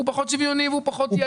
הוא פחות שוויוני והוא פחות יעיל.